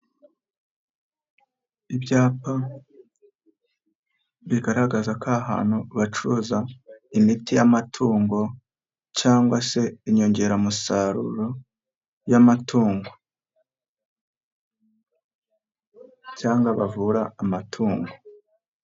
Ibyapa bigaragaza ko aha ahantu bacuruza imiti y'amatungo, cyangwa se inyongeramusaruro y'amatungo, cyangwa bavura amatungo.